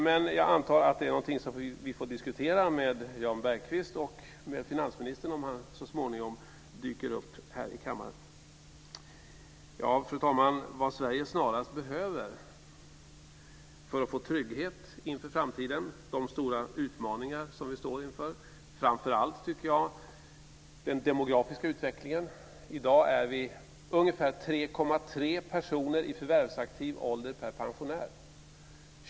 Men jag antar att det är någonting som vi får diskutera med Jan Bergqvist och med finansministern om han så småningom dyker upp här i kammaren. Fru talman! Sverige står inför stora utmaningar, framför allt tycker jag det gäller den demografiska utvecklingen. I dag är vi ungefär 3,3 personer i förvärvsaktiv ålder per pensionär.